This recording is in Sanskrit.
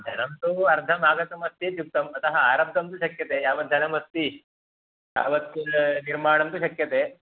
धनं तु अर्धम् आगतमस्ति इत्युक्तम् अतः आरब्धं तु शक्यते यावत् धनमस्ति तावत् निर्माणं तु शक्यते